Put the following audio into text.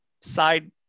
side